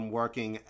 working